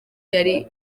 yari